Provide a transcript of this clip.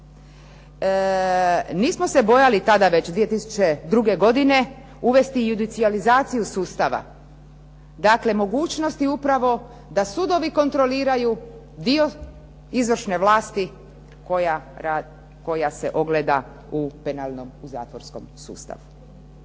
Nismo se bojali tada već 2002. godine uvesti judicijalizaciju sustava. Dakle, mogućnosti upravo da sudovi kontroliraju dio izvršne vlasti koja se ogleda u penalnom u zatvorskom sustavu.